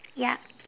ya